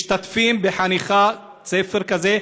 משתתפים בחניכת ספר כזה,